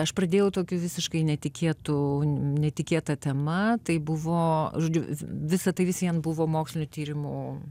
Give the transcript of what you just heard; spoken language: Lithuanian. aš pradėjau tokiu visiškai netikėtu netikėta tema tai buvo žodžiu visa tai vis vien buvo mokslinių tyrimų